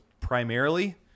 primarily